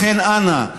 לכן, אנא,